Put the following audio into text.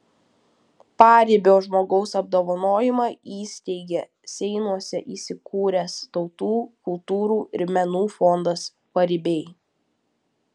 paribio žmogaus apdovanojimą įsteigė seinuose įsikūręs tautų kultūrų ir menų fondas paribiai